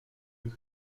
peut